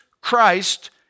Christ